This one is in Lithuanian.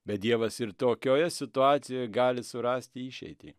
bet dievas ir tokioje situacijoj gali surasti išeitį